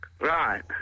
Right